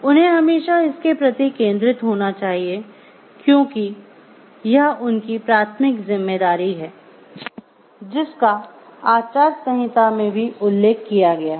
उन्हें हमेशा इसके प्रति केंद्रित होना चाहिए क्योंकि यह उनकी प्राथमिक जिम्मेदारी है जिसका आचार संहिता में भी उल्लेख किया गया है